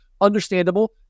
understandable